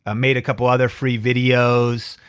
ah made a couple other free videos.